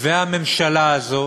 והממשלה הזו